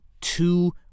two